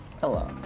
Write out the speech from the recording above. hello